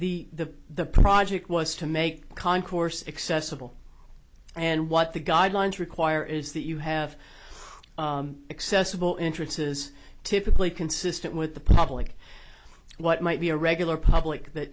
the the project was to make concourse accessible and what the guidelines require is that you have accessible introduces typically consistent with the public what might be a regular public that